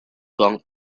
gong